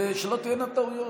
ושלא תהיינה טעויות.